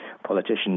politicians